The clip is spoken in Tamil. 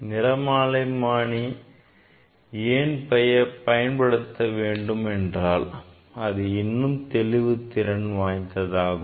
நிறமாலைமானி ஏன் பயன்படுத்த வேண்டும் என்றால் அது இன்னும் தெளிவுத்திறன் வாய்ந்ததாகும்